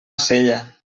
sella